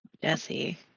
Jesse